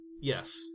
Yes